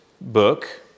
book